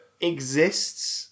exists